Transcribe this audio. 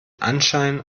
anschein